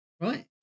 right